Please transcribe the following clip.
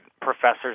professors